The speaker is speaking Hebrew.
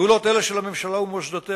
פעולות אלה של הממשלה ומוסדותיה,